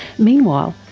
meanwhile,